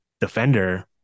defender